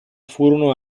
furono